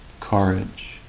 courage